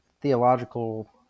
theological